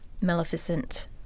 Maleficent